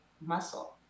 muscle